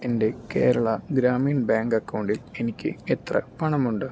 എൻ്റെ കേരളാഗ്രാമീൺ ബാങ്ക് അക്കൗണ്ടിൽ എനിക്ക് എത്ര പണമുണ്ട്